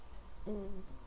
mm